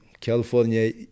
california